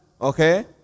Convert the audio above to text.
okay